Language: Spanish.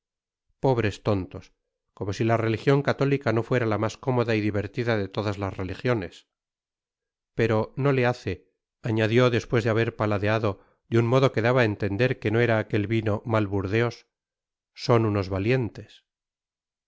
pobres tontos como si la religion católica no fuera ta mas cómoda y divertida de todas las religiones pero no le hace añadió despues de haber paladeado de un modo que daba á entender no era aquel vino mal burdeos son unos valientes